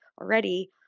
already